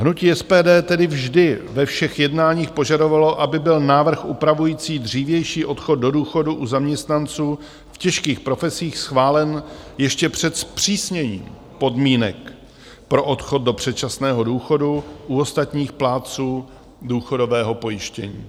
Hnutí SPD tedy vždy ve všech jednáních požadovalo, aby byl návrh upravující dřívější odchod do důchodu u zaměstnanců v těžkých profesích schválen ještě před zpřísněním podmínek pro odchod do předčasného důchodu u ostatních plátců důchodového pojištění.